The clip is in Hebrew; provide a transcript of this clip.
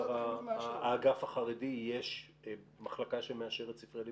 האגף החרדי מחלקה שמאשרת ספרי לימוד?